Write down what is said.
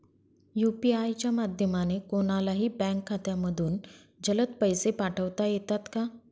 UPI च्या माध्यमाने कोणलाही बँक खात्यामधून जलद पैसे पाठवता येतात का?